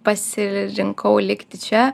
pasirinkau likti čia